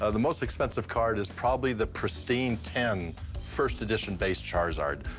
ah the most expensive card is probably the pristine ten first edition base charizard.